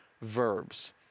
verbs